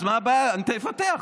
אז מה הבעיה, תפתח.